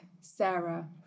Sarah